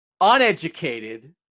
uneducated